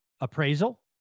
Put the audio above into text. appraisal